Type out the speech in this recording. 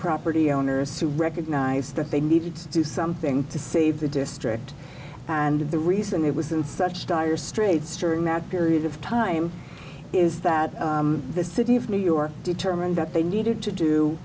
property owners who recognize that they need to do something to save the district and the reason it was in such dire straits during that period of time is that the city of new york determined that they needed to do